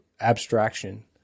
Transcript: abstraction